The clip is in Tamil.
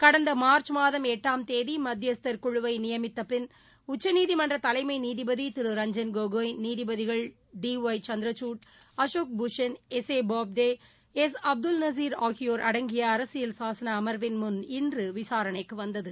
கடந்த மார்ச் மாதம் எட்டாம் தேதி மத்தியஸ்தர் குழுவை நியமித்தப் பின் உச்சநீதிமன்ற தலைமை நீதிபதி திரு ரஞ்சன் கோகாய் நீதிபதிகள் D Y Chandrachud Ashok Bhushan S A Bobde S Abdul Nazeer ஆகியோர் அடங்கிய அரசியல் சாசன அமர்வின் முன் இன்று விசாரணைக்கு வந்தது